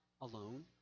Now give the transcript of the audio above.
alone